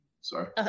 sorry